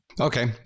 Okay